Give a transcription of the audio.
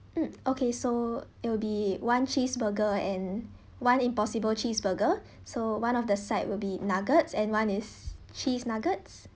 mm okay so it will be one cheese burger and one impossible cheese burger so one of the side will be nuggets and one is cheese nuggets